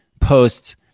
posts